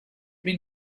been